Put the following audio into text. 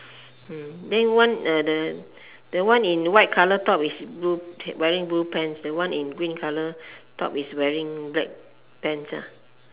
mm then one uh the the one in white colour top is blue wearing blue pants the one in green colour top is wearing black pants ah